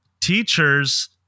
Teachers